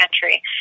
country